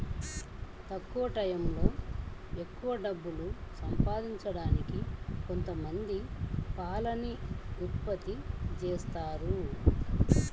తక్కువ టైయ్యంలో ఎక్కవ డబ్బులు సంపాదించడానికి కొంతమంది పాలని ఉత్పత్తి జేత్తన్నారు